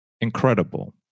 incredible